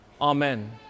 Amen